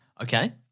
Okay